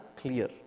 clear